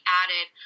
added